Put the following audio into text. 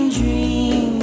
dream